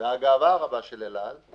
והגאווה הרבה של אל על,